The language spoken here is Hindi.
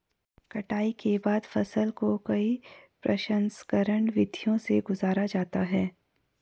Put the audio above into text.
कटाई के बाद फसल को कई प्रसंस्करण विधियों से गुजारा जाता है